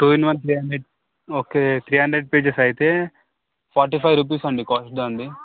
two in one three hundred okay three hundred pages అయితే forty five rupees అండి cost దానిది